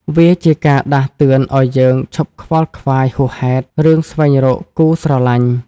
វាជាការដាស់តឿនឱ្យយើងឈប់ខ្វល់ខ្វាយហួសហេតុ រឿងស្វែងរកគូស្រឡាញ់។